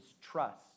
trust